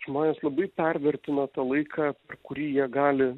žmonės labai pervertina tą laiką kurį jie gali